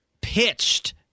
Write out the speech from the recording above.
pitched